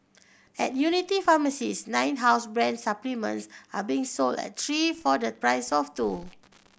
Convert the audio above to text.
at Unity pharmacies nine house brand supplements are being sold at three for the price of two